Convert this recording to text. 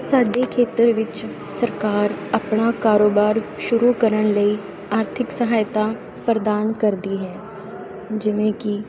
ਸਾਡੇ ਖੇਤਰ ਵਿੱਚ ਸਰਕਾਰ ਆਪਣਾ ਕਾਰੋਬਾਰ ਸ਼ੁਰੂ ਕਰਨ ਲਈ ਆਰਥਿਕ ਸਹਾਇਤਾ ਪ੍ਰਦਾਨ ਕਰਦੀ ਹੈ ਜਿਵੇਂ ਕਿ